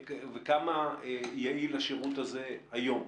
וכמה יעיל השירות הזה היום?